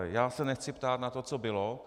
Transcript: Já se nechci ptát na to, co bylo.